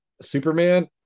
Superman